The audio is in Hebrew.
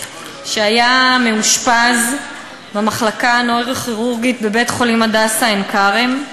שהיה מאושפז במחלקה הנוירוכירורגית בבית-החולים "הדסה עין-כרם".